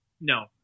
no